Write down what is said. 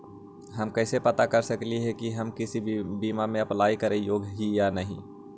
हम कैसे पता कर सकली हे की हम किसी बीमा में अप्लाई करे योग्य है या नही?